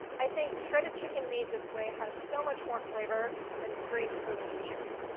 i think shredded chicken made this way has so much more flavor than straight poached chicken.